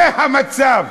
זה המצב.